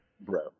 bro